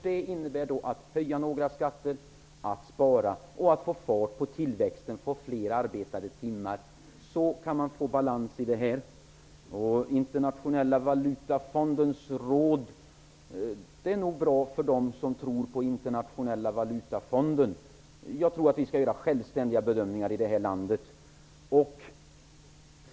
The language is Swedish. Det innebär att höja några skatter, spara och få fart på tillväxten med hjälp av fler arbetade timmar. Så blir det balans i det hela. Internationella valutafondens råd är nog bra för dem som tror på Internationella valutafonden. Jag tror på att vi skall göra självständiga bedömningar i det här landet.